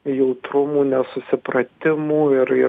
jautrumų nesusipratimų ir ir